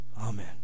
Amen